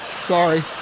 Sorry